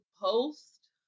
post